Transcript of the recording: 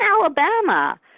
Alabama